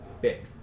big